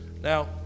Now